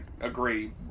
agree